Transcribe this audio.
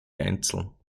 einzeln